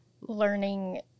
learning